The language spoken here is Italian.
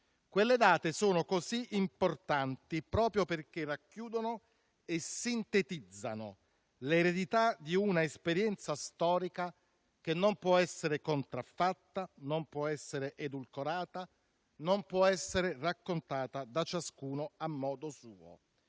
Quelle date sono così importanti proprio perché racchiudono e sintetizzano l'eredità di una esperienza storica che non può essere contraffatta, non può essere edulcorata, non può essere raccontata da ciascuno a modo suo.